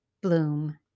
Bloom